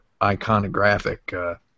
iconographic